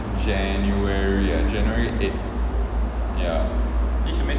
january ah january eight ya